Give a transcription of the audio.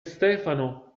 stefano